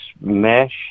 mesh